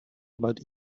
about